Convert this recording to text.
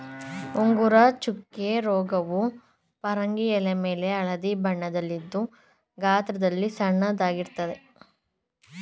ಉಂಗುರ ಚುಕ್ಕೆ ರೋಗವು ಪರಂಗಿ ಎಲೆಮೇಲೆ ಹಳದಿ ಬಣ್ಣದಲ್ಲಿದ್ದು ಗಾತ್ರದಲ್ಲಿ ಸಣ್ಣದಾಗಿರ್ತದೆ